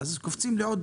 אז קופצים לעוד דרגה.